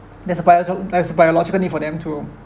there's a biological there's a biological need for them to